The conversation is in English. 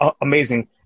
amazing